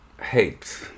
hate